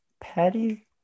patty